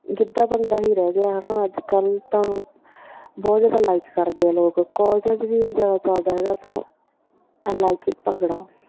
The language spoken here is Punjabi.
ਗਿੱਧਾ ਭੰਗੜਾ ਹੀ ਰਹਿ ਗਿਆ ਹੈ ਨਾ ਅੱਜ ਕੱਲ੍ਹ ਤਾਂ ਬਹੁਤ ਜ਼ਿਆਦਾ ਲਾਈਕ ਕਰਦੇ ਆ ਲੋਕ ਕੋਲਜਾਂ 'ਚ ਵੀ ਇਹ ਜ਼ਿਆਦਾ ਚੱਲਦਾ ਹੈਗਾ ਤਾਂ ਆਈ ਲਾਈਕ ਇੱਟ ਭੰਗੜਾ